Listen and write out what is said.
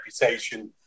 reputation